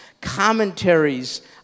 commentaries